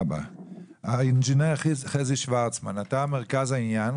האינג'ינר חזי שוורצמן, אתה מרכז העניין.